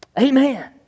Amen